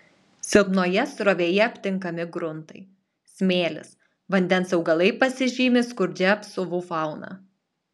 silpnoje srovėje aptinkami gruntai smėlis vandens augalai pasižymi skurdžia apsiuvų fauna